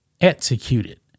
executed